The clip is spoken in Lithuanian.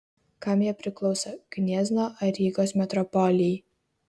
kam jie priklauso gniezno ar rygos metropolijai